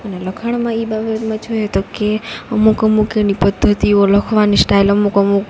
અને લખાણમાં એ બાબતમાં જોઈએ તો કે અમુક અમુક એની પદ્ધતિઓ લખવાની સ્ટાઈલ અમુક અમુક